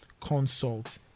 consult